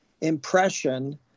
impression